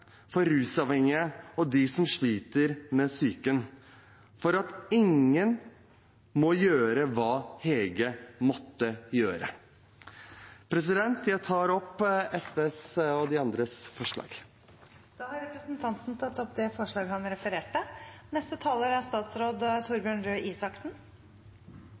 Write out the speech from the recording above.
for rusavhengige og for dem som sliter med psyken, slik at ingen må gjøre hva Hege måtte gjøre. Jeg tar opp forslag nr. 2, som vi fremmer sammen med Fremskrittspartiet og Senterpartiet. Representanten Nicholas Wilkinson har tatt opp forslaget han refererte til. Det er